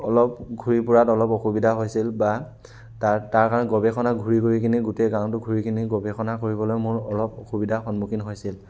অলপ ঘূৰি ফুৰাত অলপ অসুবিধা হৈছিল বা তাৰ তাৰ কাৰণে গৱেষণাত ঘূৰি ঘূৰি কিনি গোটেই গাঁৱটো ঘূৰি কিনি গৱেষণা কৰিবলে মোৰ অলপ অসুবিধাৰ সন্মুখীন হৈছিল